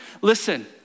listen